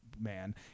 man